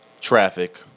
traffic